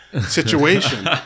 situation